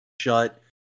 shut